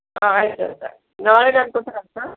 ಹಾಂ ಆಯ್ತು ಸರ್ ನಾಳೆ ನಾನು ತೋರಿಸಕ್ಕಾಗುತ್ತಾ